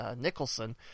Nicholson